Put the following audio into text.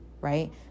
right